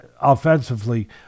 offensively